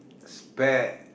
spare